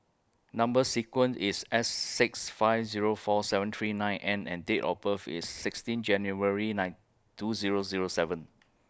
Number sequence IS S six five Zero four seven three nine N and Date of birth IS sixteen January nine two Zero Zero seven